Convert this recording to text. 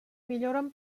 milloren